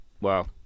Wow